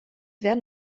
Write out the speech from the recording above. werden